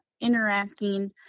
interacting